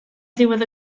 ddiwedd